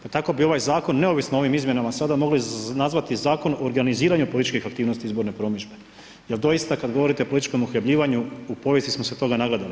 Pa tako bi ovaj zakon, neovisno o ovim izmjenama sada mogli nazvati Zakon o organiziranju političke aktivnosti izborne promidžbe, jer doista, kada govorite o političkom uhljebljivanju u povijesti smo se toga nagledali.